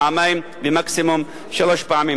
פעמיים או מקסימום שלוש פעמים.